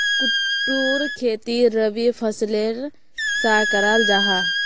कुट्टूर खेती रबी फसलेर सा कराल जाहा